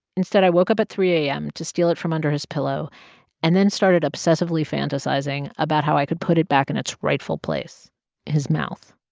instead, i woke up at three a m. to steal it from under his pillow and then started obsessively fantasizing about how i could put it back in its rightful place his mouth